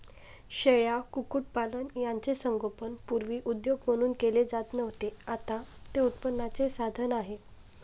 शेळ्या, कुक्कुटपालन यांचे संगोपन पूर्वी उद्योग म्हणून केले जात नव्हते, आता ते उत्पन्नाचे साधन आहे